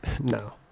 No